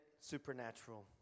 supernatural